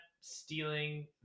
stealing